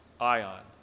ion